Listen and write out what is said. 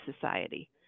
society